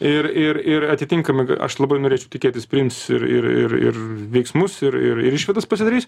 ir ir ir atitinkamai g aš labai norėčiau tikėtis priims ir ir ir ir veiksmus ir ir išvadas pasidarys